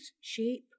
shape